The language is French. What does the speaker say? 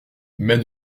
mais